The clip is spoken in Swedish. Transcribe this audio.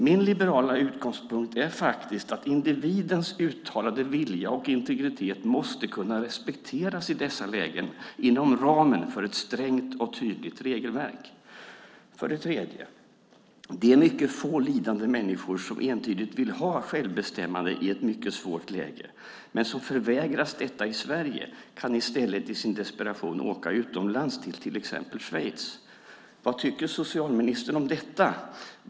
Min liberala utgångspunkt är faktiskt att individens uttalade vilja och integritet måste kunna respekteras i dessa lägen, inom ramen för ett strängt och tydligt regelverk. För det tredje kan de mycket få lidande människor som entydigt vill ha självbestämmande i ett mycket svårt läge men som förvägras detta i Sverige i stället i sin desperation åka utomlands, till exempel till Schweiz. Vad tycker socialministern om detta?